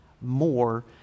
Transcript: more